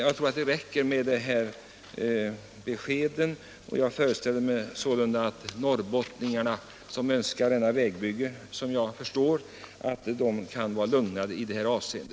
Jag tror att det räcker med dessa besked, och jag föreställer mig att norrbottningarna, som jag förstår, önskar detta vägbygge kan vara lugnade i detta avseende.